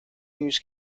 news